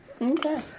Okay